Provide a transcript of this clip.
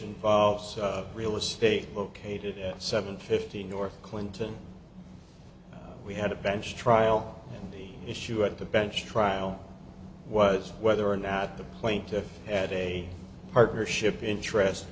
involves real estate located at seven fifty north clinton we had a bench trial and the issue at the bench trial was whether or not the plaintiff had a partnership interest